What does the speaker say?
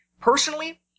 personally